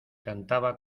cantaba